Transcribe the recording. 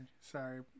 sorry